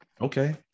Okay